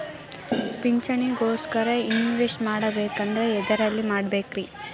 ಪಿಂಚಣಿ ಗೋಸ್ಕರ ಇನ್ವೆಸ್ಟ್ ಮಾಡಬೇಕಂದ್ರ ಎದರಲ್ಲಿ ಮಾಡ್ಬೇಕ್ರಿ?